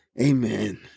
Amen